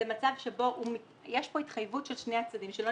לא, כי אם